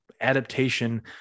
adaptation